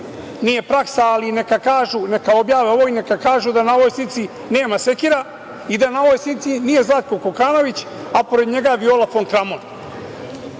nije praksa, ali neka objave ovo i neka kažu da na ovoj slici nema sekira i da na ovoj slici nije Zlatko Kokanović, a pored njega Viola fon